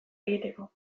egiteko